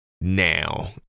now